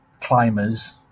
climbers